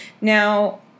Now